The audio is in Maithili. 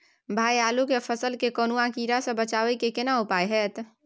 भाई आलू के फसल के कौनुआ कीरा से बचाबै के केना उपाय हैयत?